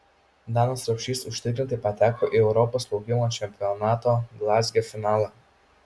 danas rapšys užtikrintai pateko į europos plaukimo čempionato glazge finalą